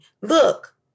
look